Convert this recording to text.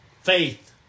faith